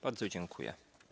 Bardzo dziękuję.